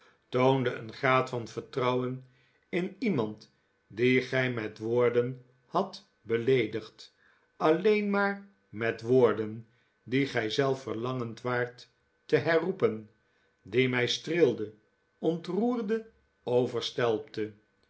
een graad van vertrouwen in iemand dien gij met woorden hadt beleedigd alleen maar met woorden die gij zelf verlangend waart te herroepen die mij streelde ontroerde overstelpte